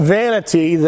vanity